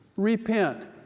Repent